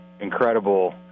incredible